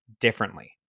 differently